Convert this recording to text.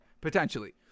potentially